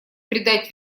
придать